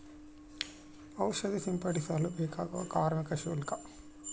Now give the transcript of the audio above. ಔಷಧಿ ಸಿಂಪಡಿಸಲು ಬೇಕಾಗುವ ಕಾರ್ಮಿಕ ಶುಲ್ಕ?